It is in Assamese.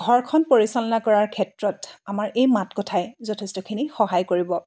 ঘৰখন পৰিচালনা কৰাৰ ক্ষেত্ৰত আমাৰ এই মাত কথাই যথেষ্টখিনি সহায় কৰিব